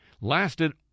lasted